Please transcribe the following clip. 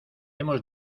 hemos